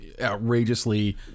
outrageously